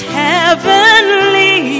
heavenly